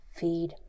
feed